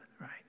Right